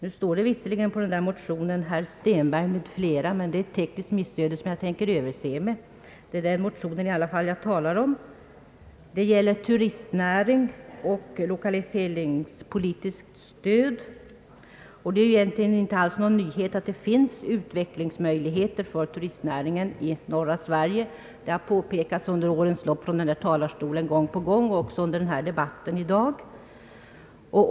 Under denna motion står det visserligen herr Stenberg m.fl., men det är ett tekniskt missöde som jag överser med, och det är i alla fall den motionen jag talar om. Den gäller turistnäring och lokaliseringspolitiskt stöd, och det är egentligen inte alls någon nyhet att det finns utvecklingsmöjligheter för turistnäringen i norra Sverige. Det har under årens lopp påpekats gång på gång från denna talarstol också under dagens debatt.